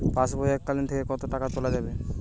পাশবই এককালীন থেকে কত টাকা তোলা যাবে?